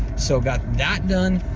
so, got that done.